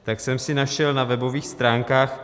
Tak jsem si našel na webových stránkách miroslav-kalousek.cz